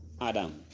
Adam